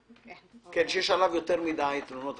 שיש עליו יותר מדי תלונות.